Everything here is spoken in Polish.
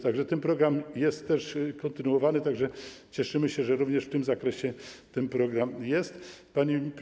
Tak że ten program jest też kontynuowany, cieszymy się, że również w tym zakresie ten program jest realizowany.